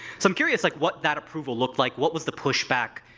so i'm curious, like, what that approval looked like? what was the pushback?